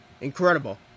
incredible